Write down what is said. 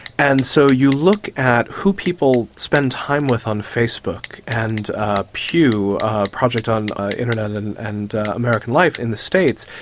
and so you look at who people spend time with on facebook. and ah pew, a project on the internet and and american life in the states,